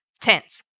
tense